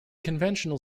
conventional